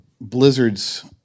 Blizzard's